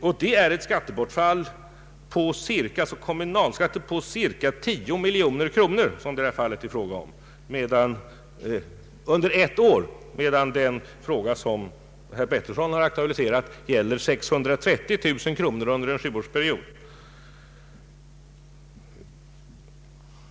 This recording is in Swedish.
Och det gäller här ett bortfall av kommunalskatter på cirka 10 miljoner kronor under ett år, medan den fråga som herr Pettersson har aktualiserat gäller 630 000 kronor under en sjuärsperiod.